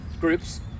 groups